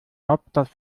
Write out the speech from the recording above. hauptstadt